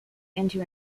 into